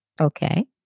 Okay